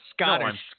Scottish